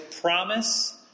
promise